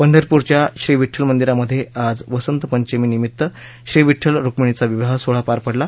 पंढरप्रच्या श्री विड्ठल मंदिरामध्ये आज वसंत पंचमीनिमित्त श्री विड्ठल रुक्मिणीचा विवाह सोहळा पार पडला